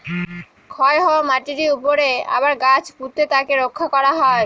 ক্ষয় হওয়া মাটিরর উপরে আবার গাছ পুঁতে তাকে রক্ষা করা হয়